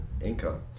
income